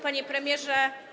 Panie Premierze!